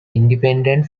independent